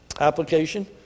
Application